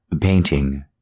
Painting